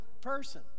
person